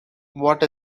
what